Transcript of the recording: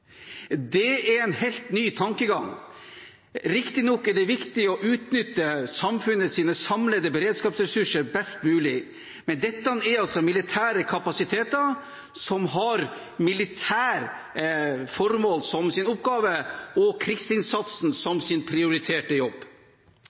Det er en helt ny tankegang. Riktig nok er det viktig å utnytte samfunnets samlede beredskapsressurser best mulig, men dette er altså militære kapasiteter som har militære formål som sin oppgave og krigsinnsatsen som